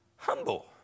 humble